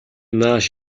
нааш